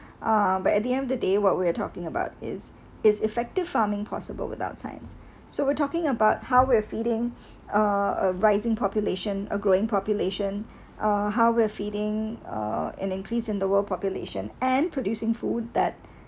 uh but at the end of the day what we're talking about is is effective farming possible without science so we're talking about how we're feeding uh a rising population a growing population uh how we're feeding uh an increase in the world population and producing food that